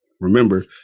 remember